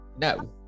No